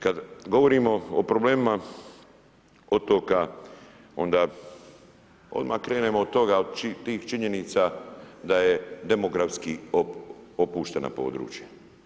Kad govorimo o problemima otoka onda odmah krenemo od tih činjenica da je demografski opušteno područje.